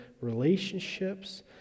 relationships